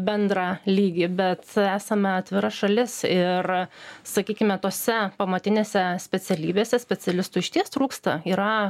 bendrą lygį bet esame atvira šalis ir sakykime tose pamatinėse specialybėse specialistų išties trūksta yra